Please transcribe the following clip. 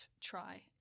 try